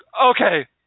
Okay